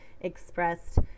expressed